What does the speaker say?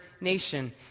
nation